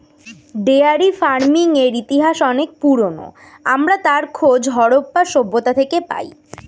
dairy ফার্মিংয়ের ইতিহাস অনেক পুরোনো, আমরা তার খোঁজ হারাপ্পা সভ্যতা থেকে পাই